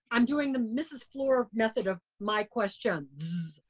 i'm doing the mrs. fluor method of my questions.